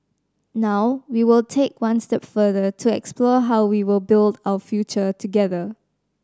now we will take one step further to explore how we will build out future together